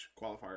qualifier